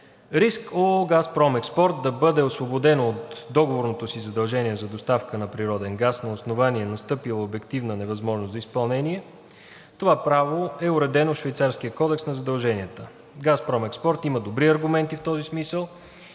Риск ООО „Газпром Експорт“ да бъде освободено от договорното си задължение за доставка на природен газ на основание настъпила обективна невъзможност за изпълнение. Това право е уредено в швейцарския Кодекс на задълженията. „Газпром Експорт“ има добри аргументи в този смисъл